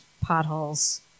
potholes